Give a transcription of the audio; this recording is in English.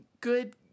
good